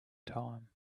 time